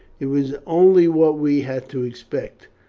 it was only what we had to expect,